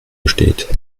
besteht